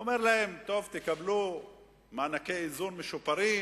הוא אומר להם: טוב, תקבלו מענקי איזון משופרים,